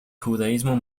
judaísmo